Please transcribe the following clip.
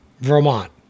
Vermont